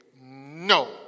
no